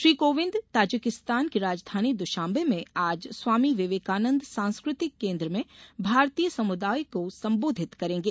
Shri Kovind Tajikistan की राजधानी Dushanbe में आज स्वामी विवेकानंद सांस्कृतिक केन्द्र में भारतीय समुदाय को संबोधित करेगें